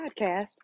podcast